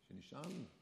שנשארו לי?